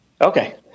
Okay